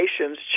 nation's